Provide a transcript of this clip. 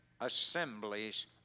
assemblies